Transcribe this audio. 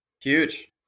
huge